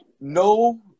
no